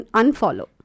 unfollow